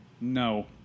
No